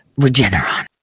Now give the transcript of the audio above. Regeneron